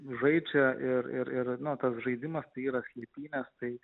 žaidžia ir ir ir nu tas žaidimas tai yra slėpynės tai